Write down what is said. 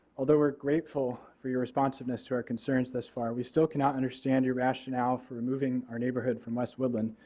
although we are grateful for your responsiveness to our concerns thus far we still cannot understand your rationale for moving our neighborhood from west woodland.